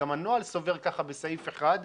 גם הנוהל סובר ככה בסעיף 1,